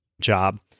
job